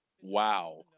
Wow